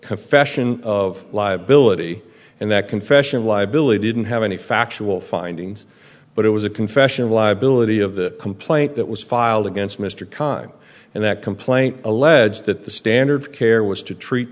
confession of liability and that confession liability didn't have any factual findings but it was a confession of liability of the complaint that was filed against mr khan and that complaint allege that the standard of care was to treat